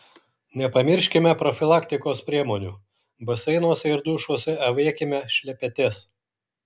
nepamirškime profilaktikos priemonių baseinuose ir dušuose avėkime šlepetes